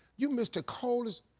you missed the coldest.